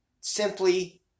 simply